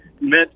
met